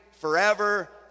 forever